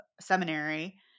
seminary